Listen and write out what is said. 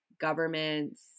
governments